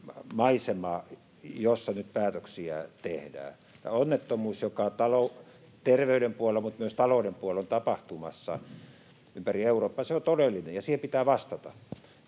maisema, jossa nyt päätöksiä tehdään. Onnettomuus, joka terveyden puolella mutta myös talouden puolella on tapahtumassa ympäri Eurooppaa, on todellinen, ja siihen pitää vastata.